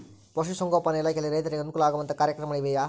ಪಶುಸಂಗೋಪನಾ ಇಲಾಖೆಯಲ್ಲಿ ರೈತರಿಗೆ ಅನುಕೂಲ ಆಗುವಂತಹ ಕಾರ್ಯಕ್ರಮಗಳು ಇವೆಯಾ?